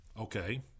Okay